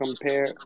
compare